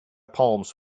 palms